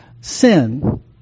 sin